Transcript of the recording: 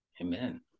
Amen